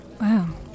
Wow